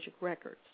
Records